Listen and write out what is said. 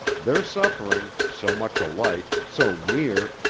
their suffering, so much alike, so near,